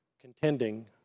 contending